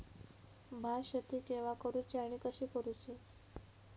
भात शेती केवा करूची आणि कशी करुची?